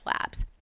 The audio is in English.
labs